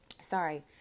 Sorry